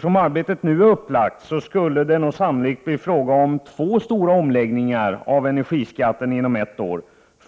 Som arbetet nu är upplagt skulle det sannolikt bli fråga om två stora omläggningar av energiskatten inom ett år.